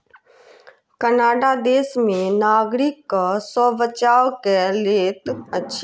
Canada देश में नागरिक कर सॅ बचाव कय लैत अछि